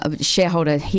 shareholder